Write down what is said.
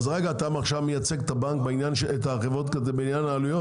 אז עכשיו אתה מייצג את החברות בעניין העלויות?